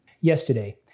Yesterday